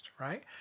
right